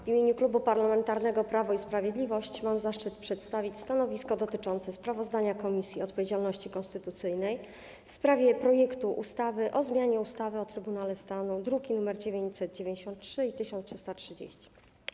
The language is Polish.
W imieniu Klubu Parlamentarnego Prawo i Sprawiedliwość mam zaszczyt przedstawić stanowisko dotyczące sprawozdania Komisji Odpowiedzialności Konstytucyjnej w sprawie projektu ustawy o zmianie ustawy o Trybunale Stanu, druki nr 993 i 1330.